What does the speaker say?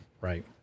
Right